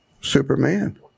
superman